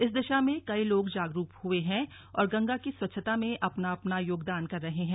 इस दिशा में कई लोग जागरूक हए हैं और गंगा की स्वच्छता में अपना अपना योगदान कर रहे हैं